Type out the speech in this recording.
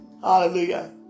Hallelujah